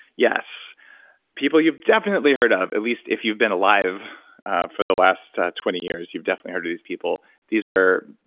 yes people you've definitely heard of. at least if you've been alive for the last twenty years you've definitely heard of these people. these are,